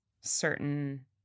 certain